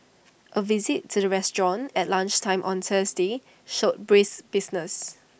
A visit to the restaurant at lunchtime on Thursday showed brisk business